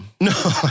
No